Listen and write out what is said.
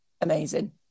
amazing